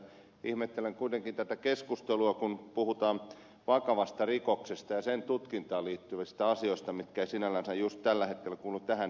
ihmettelen kuitenkin tätä keskustelua kun puhutaan vakavasta rikoksesta ja sen tutkintaan liittyvistä asioista mitkä eivät sinällänsä juuri tällä hetkellä kuulu tähän